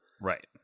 Right